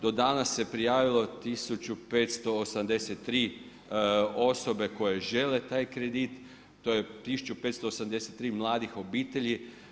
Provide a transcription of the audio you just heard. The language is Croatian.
Do danas se prijavilo 1583 osobe koje žele taj kredit, to je 1583 mladih obitelji.